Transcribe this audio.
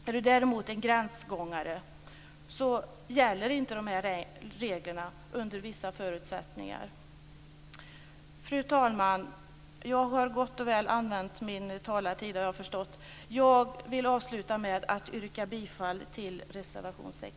Är du däremot en gränsgångare gäller inte de reglerna under vissa förutsättningar. Fru talman! Jag har gott och väl använt min talartid. Jag vill avsluta med att yrka bifall till reservation 6.